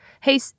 hey